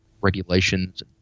regulations